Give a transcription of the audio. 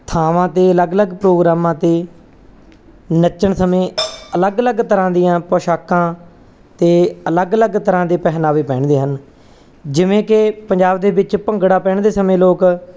ਥਾਵਾਂ 'ਤੇ ਅਲੱਗ ਅਲੱਗ ਪ੍ਰੋਗਰਾਮਾਂ 'ਤੇ ਨੱਚਣ ਸਮੇਂ ਅਲੱਗ ਅਲੱਗ ਤਰ੍ਹਾਂ ਦੀਆਂ ਪੋਸ਼ਾਕਾਂ ਅਤੇ ਅਲੱਗ ਅਲੱਗ ਤਰ੍ਹਾਂ ਦੇ ਪਹਿਰਾਵੇ ਪਹਿਨਦੇ ਹਨ ਜਿਵੇਂ ਕਿ ਪੰਜਾਬ ਦੇ ਵਿੱਚ ਭੰਗੜਾ ਪੈਣ ਦੇ ਸਮੇਂ ਲੋਕ